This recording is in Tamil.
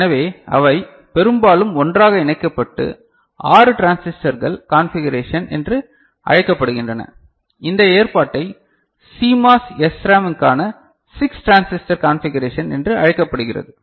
எனவே அவை பெரும்பாலும் ஒன்றாக இணைக்கப்பட்டு 6 டிரான்சிஸ்டர் கான்பிகரேஷன் என அழைக்கப்படுகின்றன இந்த ஏற்பாட்டை CMOS SRAM க்கான 6 டிரான்சிஸ்டர் கான்பிகரேஷன் என்று அழைக்கப்படுகிறது